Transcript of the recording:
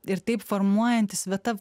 ir taip formuojantys vieta